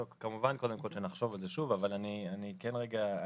כמובן, קודם כול שנחשוב על זה, אבל אני כן אגיד